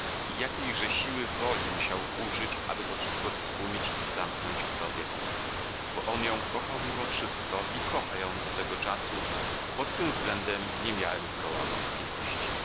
i jakiejże siły woli musiał użyć aby to wszystko stłumić i zamknąć w sobie bo on ją kochał mimo wszystko i kocha ją do tego czasu pod tym względem nie mam zgoła wątpliwości